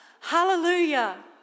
Hallelujah